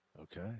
Okay